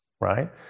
Right